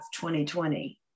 2020